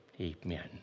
amen